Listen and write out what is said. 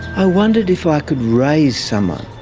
i wondered if i could raise someone,